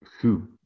Who